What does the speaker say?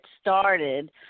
started